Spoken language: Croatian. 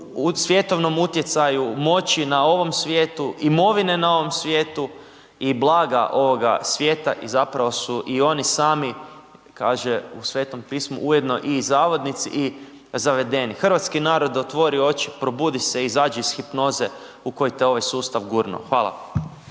svjetovnom utjecaju, moći na ovom svijetu, imovine na ovom svijetu i blaga ovoga svijeta i zapravo su i oni sami, kaže u Svetom Pismu, ujedno i zavodnici i zavedeni. Hrvatski narode otvori oči, probudi se, izađi iz hipnoze u koju te ovaj sustav gurnuo. Hvala.